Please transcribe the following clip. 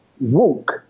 walk